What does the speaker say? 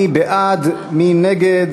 מי בעד ומי נגד